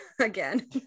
again